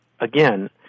again